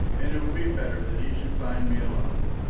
and it will be better that he should find me alone.